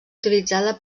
utilitzada